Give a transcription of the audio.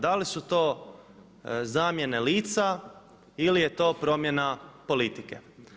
Da li su to zamjene lica ili je to promjena politike?